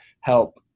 help